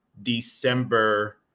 December